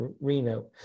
Reno